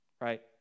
right